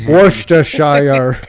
Worcestershire